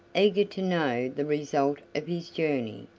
eager to know the result of his journey,